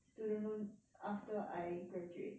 student loan after I graduate